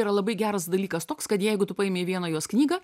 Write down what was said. yra labai geras dalykas toks kad jeigu tu paėmei vieną jos knygą